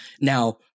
now